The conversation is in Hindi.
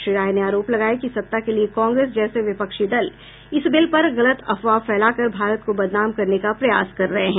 श्री राय ने आरोप लगाया कि सत्ता के लिए कांग्रेस जैसे विपक्षी दल इस बिल पर गलत अफवाह फैला कर भारत को बदनाम करने का प्रयास कर रहे हैं